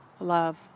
Love